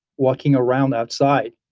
walking around outside,